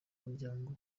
muryango